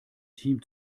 team